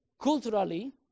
Culturally